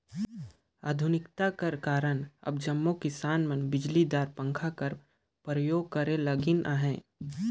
आधुनिकता कर कारन अब जम्मो किसान मन बिजलीदार पंखा कर परियोग करे लगिन अहे